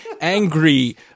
angry